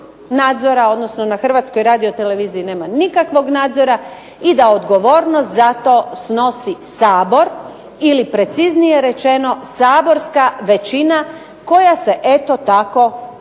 odnosno na Hrvatskoj radioteleviziji nema nikakvog nadzora i da odgovornost za to snosi Sabor ili preciznije rečeno saborska većina koja je eto tako uzela